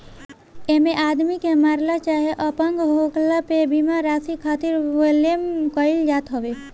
एमे आदमी के मरला चाहे अपंग होखला पे बीमा राशि खातिर क्लेम कईल जात हवे